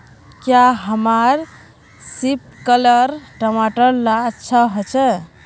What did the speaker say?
क्याँ हमार सिपकलर टमाटर ला अच्छा होछै?